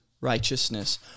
righteousness